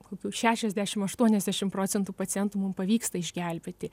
kokių šešiasdešim aštuoniasdešim procentų pacientų mum pavyksta išgelbėti